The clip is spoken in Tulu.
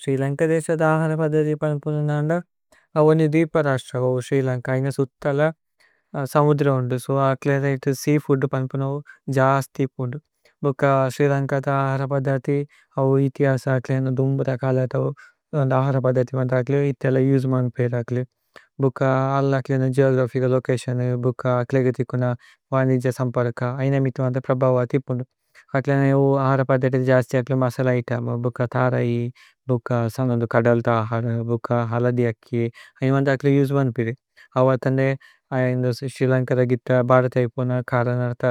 സ്രി ലന്ക ദേസ ദാഹര പദ്ധതി പന്പുനനന്ദ। അവന്ജു ദ്വിപ ദാശ്ത്ര അവു സ്രി ലന്ക ഐന। സുത്ഥല സമുദ്ര ഹോന്ദു സോ അക്ലേ ഇതി സേഅ ഫൂദ്। പന്പുനൌ ജസ്തിപുന്ദു ഭുക്ക സ്രി ലന്കത ആഹര। പദ്ധതി അവു ഇതി ആസ അക്ലേ ദുമ്ബുത കാലത। അവു ദാഹര പദ്ധതി മന്ദകലു ഇതി അല യുജ്മന്। പേരകലു ഭുക്ക അല്ല അക്ലേന ഗേഓഗ്രഫിച ലോചതിഓന്। ബുക്ക അക്ലേ ഗതികുന മനിജ സമ്പരക ഐന। മിതുഅന്ദ പ്രഭവതി പുന്ദു അക്ലേന അവു ആഹര। പദ്ധതി ജസ്തി അക്ലേ മസല ഇതേമു ബുക്ക തരൈ। ബുക്ക കദലത ആഹര ബുക്ക ഹലദിയക്കി ഐന। മന്ദകലു യുജ്മന് പേരകലു അവതനേ സ്രി ലന്കത। ഗിത ഭ്ഹരത ഇപുന കരനരത